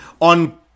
on